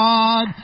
God